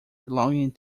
belonging